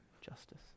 justice